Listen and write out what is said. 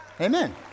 Amen